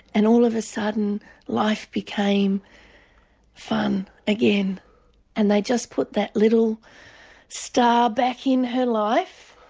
and all of a sudden life became fun again and they just put that little star back in her life